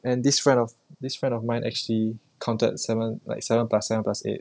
and this friend of this friend of mine actually counted seven like seven plus seven plus eight